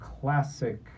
classic